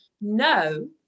no